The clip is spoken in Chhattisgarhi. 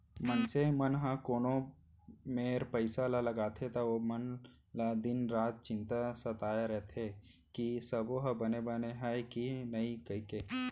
मनसे मन ह कोनो मेर पइसा ल लगाथे त ओमन ल दिन रात चिंता सताय रइथे कि सबो ह बने बने हय कि नइए कइके